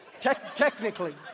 Technically